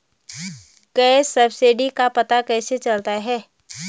Gas subsidy का पता कैसे चलता है?